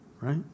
right